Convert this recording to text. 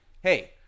Hey